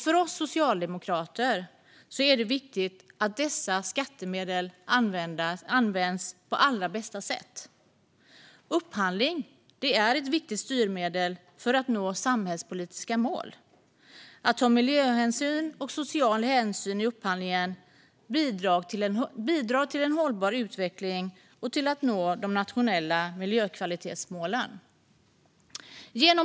För oss socialdemokrater är det viktigt att dessa skattemedel används på allra bästa sätt. Upphandling är ett viktigt styrmedel för att nå samhällspolitiska mål. Att ta miljöhänsyn och social hänsyn i upphandlingen bidrar till en hållbar utveckling och till att nå de nationella miljökvalitetsmålen.